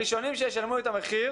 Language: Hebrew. הראשונים שישלמו את המחיר